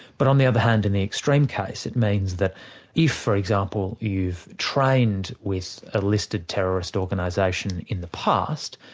but on the other hand in the extreme case, it means that if for example, you've trained with a listed terrorist organisation in the past,